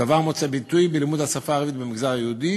הדבר מוצא ביטוי בלימוד השפה הערבית במגזר היהודי